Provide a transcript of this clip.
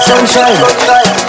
Sunshine